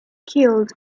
killed